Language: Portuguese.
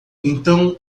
então